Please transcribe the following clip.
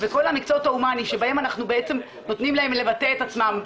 וכל המקצועות ההומאניים שבהם אנחנו בעצם נותנים להם לבטא את עצמם,